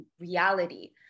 reality